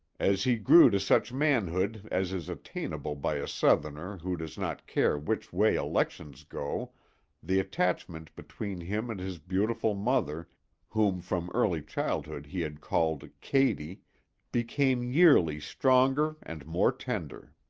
as he grew to such manhood as is attainable by a southerner who does not care which way elections go the attachment between him and his beautiful mother whom from early childhood he had called katy became yearly stronger and more tender.